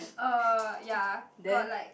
uh ya got like